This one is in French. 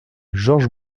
georges